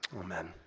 Amen